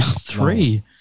Three